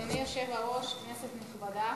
אדוני יושב-הראש, כנסת נכבדה,